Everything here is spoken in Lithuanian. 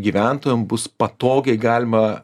gyventojam bus patogiai galima